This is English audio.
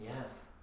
Yes